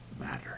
matter